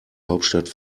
hauptstadt